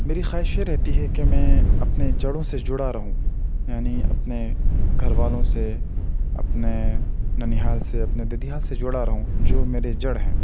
میری خواہش یہ رہتی ہے کہ میں اپنے جڑوں سے جڑا رہوں یعنی اپنے گھر والوں سے اپنے ننیھال سے اپنے ددھیال سے جڑا رہوں جو میرے جڑ ہیں